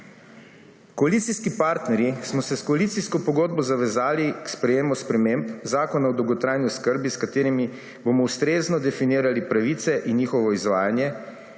Koalicijski partnerji smo se s koalicijsko pogodbo zavezali k sprejetju sprememb Zakona o dolgotrajni oskrbi, s katerimi bomo ustrezno definirali pravice in njihovo izvajanje